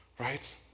right